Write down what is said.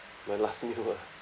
my last meal ah